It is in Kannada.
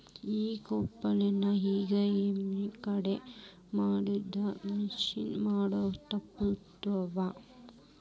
ಈ ಕೂಪನ್ ಈಗ ಯೆಲ್ಲಾ ಕಡೆ ಮಾಡಿದ್ರಿಂದಾ ಮೊಸಾ ಮಾಡೊದ್ ತಾಪ್ಪ್ಯಾವ